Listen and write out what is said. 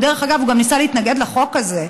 דרך אגב, הוא גם ניסה להתנגד לחוק הזה.